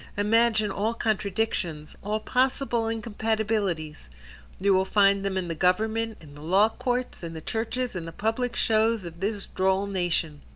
imagine all contradictions, all possible incompatibilities you will find them in the government, in the law-courts, in the churches, in the public shows of this droll nation.